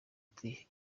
uti